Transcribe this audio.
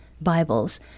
Bibles